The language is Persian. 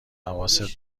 حواست